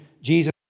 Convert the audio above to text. Jesus